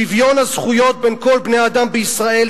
שוויון הזכויות בין כל בני-אדם בישראל,